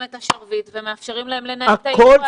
את השרביט ומאפשרים להם לנהל את העיר.